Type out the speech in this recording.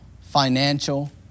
financial